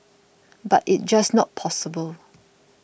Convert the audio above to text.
but it's just not possible